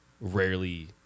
rarely